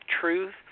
truth